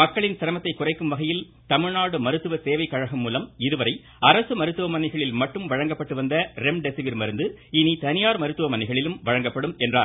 மக்களின் சிரமத்தை குறைக்கும் வகையில் தமிழ்நாடு மருத்துவ சேவை கழகம் மூலம் இதுவரை அரசு மருத்துவமனைகளில் மட்டும் வழங்கப்பட்டு வந்த ரெம்டெசிவிர் மருந்து இனி தனியார் மருத்துவமனைகளிலும் வழங்கப்படும் என்றார்